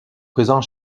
présents